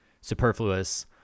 superfluous